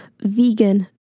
vegan